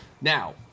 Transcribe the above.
Now